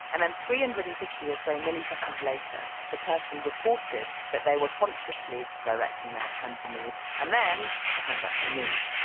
and then three hundred and fifty or so milliseconds later, the person reported that they were consciously directing their hand to move and then the hand actually moved.